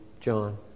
John